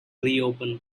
reopen